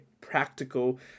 Practical